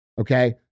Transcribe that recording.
Okay